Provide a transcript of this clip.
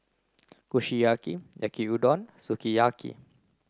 Kushiyaki Yaki Udon Sukiyaki